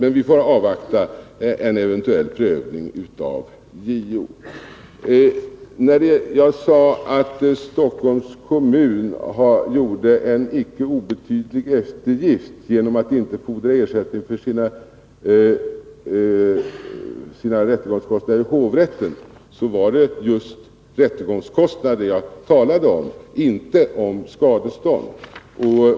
Men vi får som sagt avvakta en eventuell prövning av JO. Jag sade att Stockholms kommun gjorde en icke obetydlig eftergift genom att inte fordra ersättning för sina rättegångskostnader i hovrätten. Det var rättegångskostnader jag talade om, inte om skadestånd.